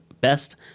best